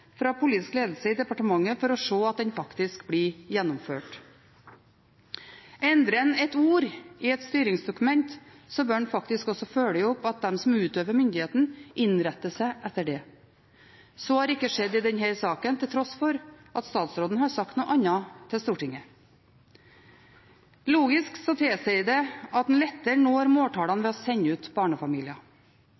fra politisk ledelse i departementet for å se at den faktisk blir gjennomført. Endrer en et ord i et styringsdokument, bør en faktisk også følge opp at de som utøver myndigheten, innretter seg etter det. Så har ikke skjedd i denne saken, til tross for at statsråden har sagt noe annet til Stortinget. Logikken tilsier at en lettere når måltallene ved å sende ut barnefamilier.